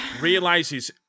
realizes